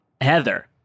Heather